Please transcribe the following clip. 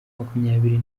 makumyabiri